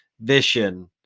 vision